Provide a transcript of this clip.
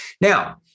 now